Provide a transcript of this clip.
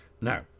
Now